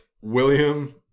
William